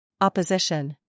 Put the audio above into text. Opposition